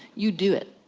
you do it.